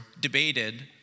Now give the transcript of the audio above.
debated